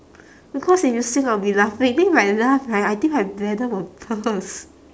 because if you sing I'll be laughing then if I laugh right I think my bladder will burst